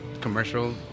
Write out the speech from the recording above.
commercial